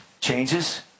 changes